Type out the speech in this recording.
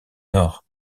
nord